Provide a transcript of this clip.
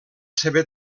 seva